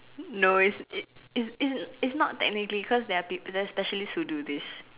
no it it it it it's not technically cause there are is specialists who do this